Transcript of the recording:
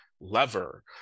lever